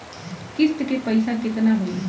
किस्त के पईसा केतना होई?